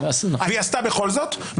עשתה בכל זאת,